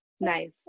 nice